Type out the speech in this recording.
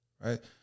right